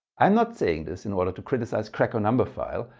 i'm not saying this in order to criticize kreck or numberphile.